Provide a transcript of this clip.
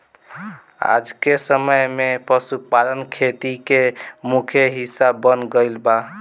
आजके समय में पशुपालन खेती के मुख्य हिस्सा बन गईल बा